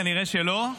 כנראה שלא.